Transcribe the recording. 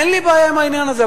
אין לי בעיה עם העניין הזה.